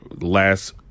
Last